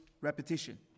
repetition